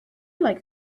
like